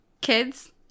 kids